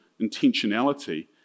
intentionality